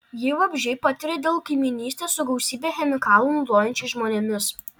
jį vabzdžiai patiria dėl kaimynystės su gausybę chemikalų naudojančiais žmonėmis